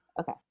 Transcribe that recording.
Okay